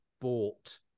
bought